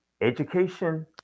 education